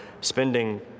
spending